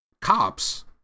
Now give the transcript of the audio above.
cops